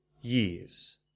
years